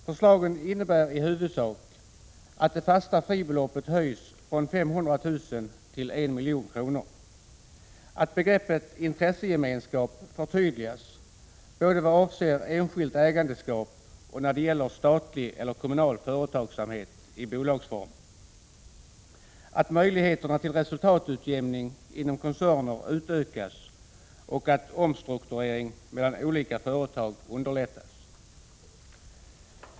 Förslagen innebär i huvudsak: att begreppet intressegemenskap förtydligas både vad avser enskilt ägandeskap och när det gäller statlig eller kommunal företagsamhet i bolagsform, att möjligheterna till resultatutjämning inom koncernen utökas och att omstrukturering mellan olika företag underlättas.